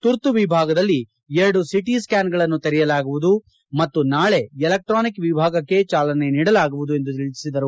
ತುರ್ತು ವಿಭಾಗದಲ್ಲಿ ಎರಡು ಸಿಟಿ ಸ್ವಾನ್ಗಳನ್ನು ತೆರೆಯಲಾಗುವುದು ಮತ್ತು ನಾಳೆ ಎಲೆಕ್ಟಾನಿಕ್ ವಿಭಾಗಕ್ಕೆ ಚಾಲನೆ ನೀಡಲಾಗುವುದು ಎಂದು ತಿಳಿಸಿದರು